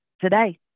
today